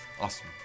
awesome